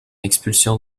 expulsion